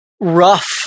rough